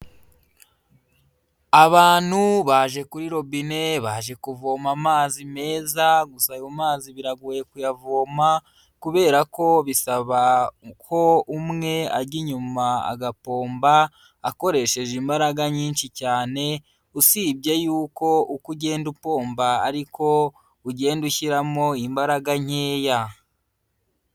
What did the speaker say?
Abantu baje kuri robine, baje kuvoma amazi meza, gusa ayo mazi biragoye kuyavoma kubera ko bisaba ko umwe ajya inyuma agapomba akoresheje imbaraga nyinshi cyane, usibye yuko uko ugenda upomba ariko ugenda ushyiramo imbaraga nkeya.